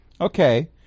Okay